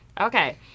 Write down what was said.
Okay